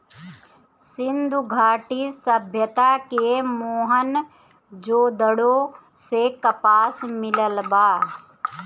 सिंधु घाटी सभ्यता के मोहन जोदड़ो से कपास मिलल बा